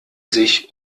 sich